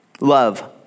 love